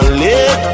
let